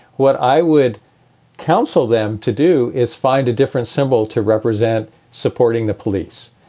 what i would counsel them to do is find a different symbol to represent supporting the police.